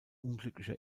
unglücklicher